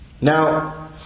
Now